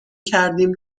کردیم